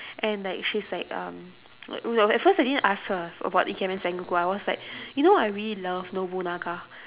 and like she's like um at first I didn't ask her about ikemen sengoku I was like you know I really love nobunaga